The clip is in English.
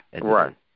Right